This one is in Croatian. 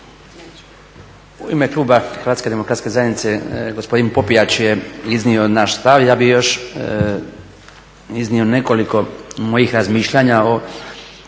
U ime kluba Hrvatske demokratske zajednice gospodin Popijač je iznio naš stav. Ja bih još iznio nekoliko mojih razmišljanja o